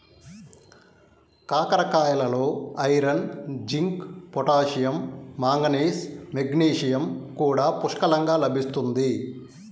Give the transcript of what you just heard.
కాకరకాయలలో iron, zinc, potassium, manganese, magnesium కూడా పుష్కలంగా లభిస్తుంది